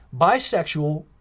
bisexual